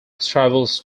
travels